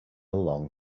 long